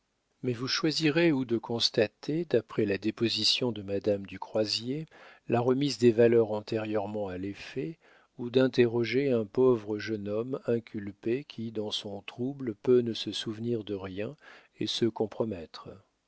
mais vous choisirez ou de constater d'après la déposition de madame du croisier la remise des valeurs antérieurement à l'effet ou d'interroger un pauvre jeune homme inculpé qui dans son trouble peut ne se souvenir de rien et se compromettre